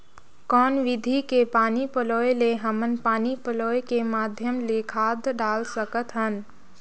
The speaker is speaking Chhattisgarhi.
कौन विधि के पानी पलोय ले हमन पानी पलोय के माध्यम ले खाद डाल सकत हन?